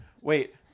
Wait